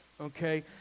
Okay